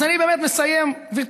אז אני באמת מסיים, גברתי